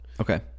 Okay